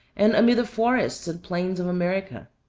and amid the forests and plains of america?